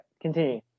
continue